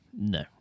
no